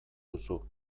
duzu